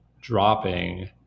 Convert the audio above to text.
dropping